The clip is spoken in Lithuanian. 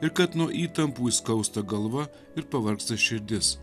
ir kad nuo įtampų įskausta galva ir pavargsta širdis